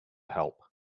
help